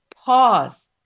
pause